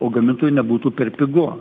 o gamintojui nebūtų pigu